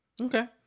okay